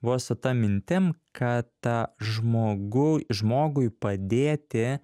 buvo su ta mintim kad ta žmogu žmogui padėti